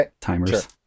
timers